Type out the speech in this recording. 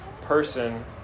person